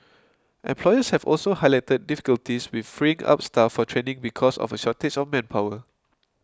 employers have also highlighted difficulties with freeing up staff for training because of a shortage of manpower